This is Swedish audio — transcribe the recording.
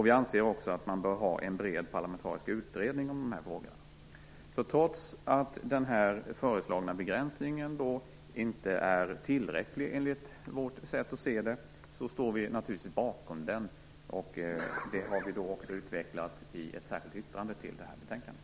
Vi anser också att man bör ha en bred parlamentarisk utredning om de här frågorna. Trots att den föreslagna begränsningen inte är tillräcklig, enligt vårt sätt att se saken, står vi naturligtvis bakom den. Det har vi utvecklat i ett särskilt yttrande till betänkandet.